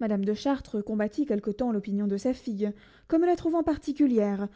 madame de chartres combattit quelque temps l'opinion de sa fille comme la trouvant particulière